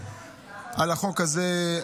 על החוק הזה,